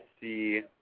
see